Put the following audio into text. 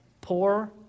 poor